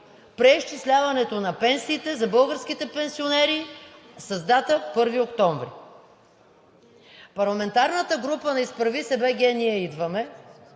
преизчисляването на пенсиите за българските пенсионери с дата 1 октомври. Парламентарната група на „Изправи се БГ! Ние идваме!“